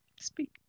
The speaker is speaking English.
Speak